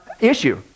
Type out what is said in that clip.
issue